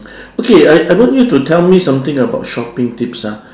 okay I I want you to tell me something about shopping tips ah